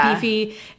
beefy